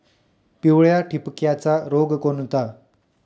पिवळ्या ठिपक्याचा रोग कोणता?